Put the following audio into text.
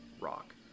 rock